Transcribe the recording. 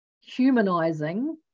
humanizing